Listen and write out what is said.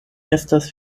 estas